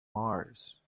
mars